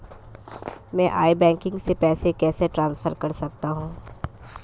मैं e banking से पैसे कैसे ट्रांसफर कर सकता हूं?